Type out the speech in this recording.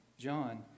John